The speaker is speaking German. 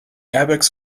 airbags